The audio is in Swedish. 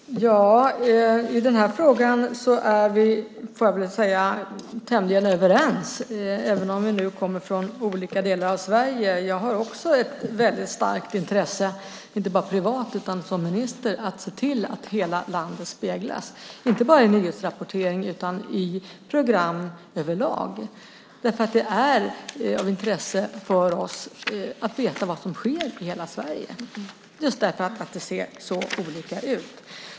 Fru talman! I den här frågan är vi tämligen överens, även om vi kommer från olika delar av Sverige. Jag har också ett mycket starkt intresse, både privat och som minister, av att se till att hela landet speglas, inte bara i nyhetsrapporteringen utan också i program överlag. Det är av intresse för oss att veta vad som sker i hela Sverige just därför att det ser så olika ut.